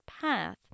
path